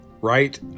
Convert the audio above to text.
right